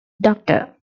doctor